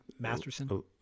Masterson